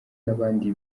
n’abandi